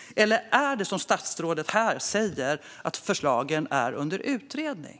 Eller är det så som statsrådet säger här - att förslagen är under utredning?